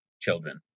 children